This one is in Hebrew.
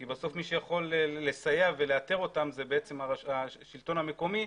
כי בסוף מי שיכול לסייע ולאתר את המבנים זה השלטון המקומי,